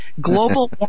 global